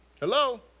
Hello